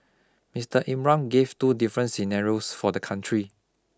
Mister Imran gave two different scenarios for the country